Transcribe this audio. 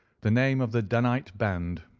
the name of the danite band,